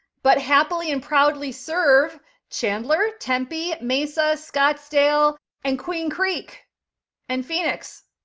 but happily and proudly serve chandler, tempe, mesa, scottsdale and queen creek and phoenix.